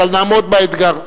אבל נעמוד באתגר.